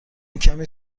کمی